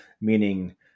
meaning